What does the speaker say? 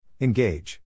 Engage